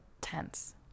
tense